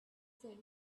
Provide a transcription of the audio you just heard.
said